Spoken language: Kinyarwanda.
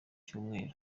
cyumweru